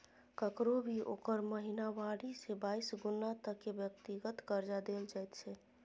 ककरो भी ओकर महिनावारी से बाइस गुना तक के व्यक्तिगत कर्जा देल जाइत छै